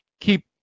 keep